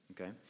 Okay